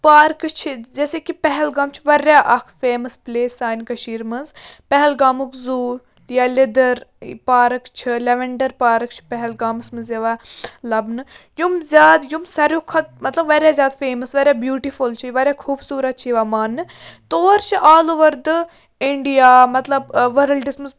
پارکہٕ چھِ جیسے کہِ پہلگام چھِ واریاہ اکھ فیمَس پٕلیس سانہِ کٔشیٖر منٛز پہلگامُک زوٗ یا لیٚدٕر پارک چھِ لٮ۪وَنڈَر پارَک چھِ پہلگامَس منٛز یِوان لَبنہٕ یِم زیادٕ یِم ساروٕے کھۄتہٕ مطلب واریاہ زیادٕ فیمَس واریاہ بیوٗٹِفُل چھُ واریاہ خوٗبصوٗرت چھِ یِوان ماننہٕ تور چھِ آل اوٚوَر دَ اِنڈیا مَطلَب ؤرلڈَس منٛز